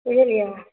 बुझलियै